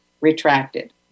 retracted